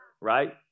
right